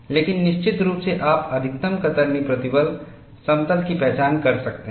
लेकिन निश्चित रूप से आप अधिकतम कतरनी प्रतिबल समतल की पहचान कर सकते हैं